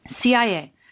CIA